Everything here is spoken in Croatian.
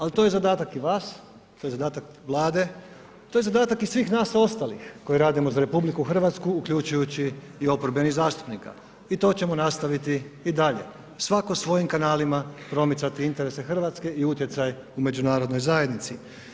Ali to je zadatak i vas, to je zadatak Vlade, to je zadatak i svih nas ostalih koji radimo za RH uključujući i oporbenih zastupnika i to ćemo nastaviti i dalje, svatko svojim kanalima promicati interese Hrvatske i utjecaj u Međunarodnoj zajednici.